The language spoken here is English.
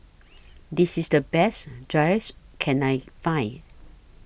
This IS The Best Gyros Can I Find